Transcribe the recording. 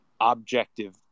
objective